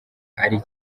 ari